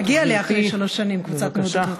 מגיע לי, אחרי שלוש שנים, קבוצת מעודדות.